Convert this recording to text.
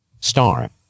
Star